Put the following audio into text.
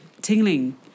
tingling